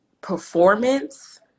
performance